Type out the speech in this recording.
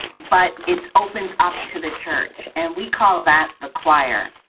but it's opens up to the church. and we call that ah choir.